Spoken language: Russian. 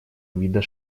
вида